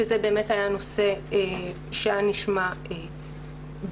שזה באמת היה נושא שנשמע בעייתי,